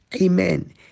amen